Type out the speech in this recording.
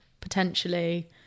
potentially